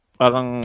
parang